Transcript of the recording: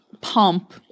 pump